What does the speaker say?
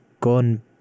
gone